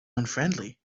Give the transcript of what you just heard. unfriendly